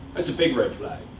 that's a big red flag,